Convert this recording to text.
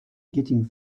getting